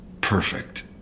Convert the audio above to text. Perfect